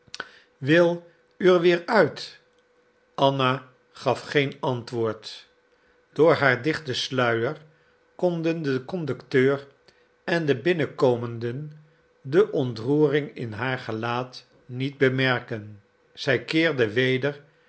wil u er weer uit anna gaf geen antwoord door haar dichten sluier konden de conducteur en de binnenkomenden de ontroering in haar gelaat niet bemerken zij keerde weder